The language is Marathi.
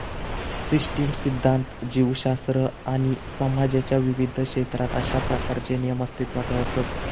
सिस्टीम सिध्दांत, जीवशास्त्र आणि समाजाच्या विविध क्षेत्रात अशा प्रकारचे नियम अस्तित्वात असत